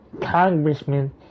congressman